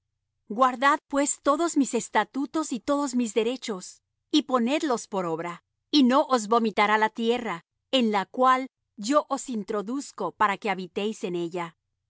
guardad pues todos mis estatutos y todos mis derechos y ponedlos por obra y no os vomitará la tierra en la cual yo os introduzco para que habitéis en ella